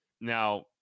Now